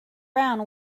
round